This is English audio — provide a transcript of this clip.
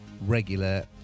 regular